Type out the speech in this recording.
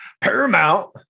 paramount